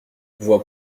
voie